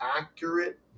accurate